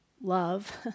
love